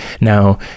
Now